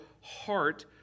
heart